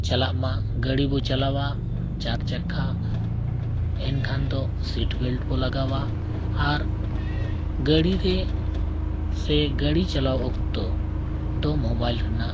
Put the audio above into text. ᱪᱟᱞᱟᱜ ᱢᱟ ᱜᱟᱹᱰᱤ ᱵᱚ ᱪᱟᱞᱟᱣᱟ ᱪᱟᱨ ᱪᱟᱠᱷᱟ ᱮᱱᱠᱷᱟᱱ ᱫᱚ ᱵᱚ ᱞᱟᱜᱟᱣᱟ ᱟᱨ ᱜᱟᱹᱰᱤ ᱨᱮ ᱥᱮ ᱜᱟᱹᱰᱤ ᱪᱟᱞᱟᱣ ᱚᱠᱛᱚ ᱫᱚ ᱨᱮᱱᱟᱜ